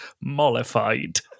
Mollified